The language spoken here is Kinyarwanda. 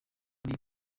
muri